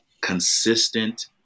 consistent